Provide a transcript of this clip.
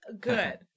good